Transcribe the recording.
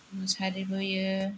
मुसारि बोयो